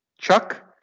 chuck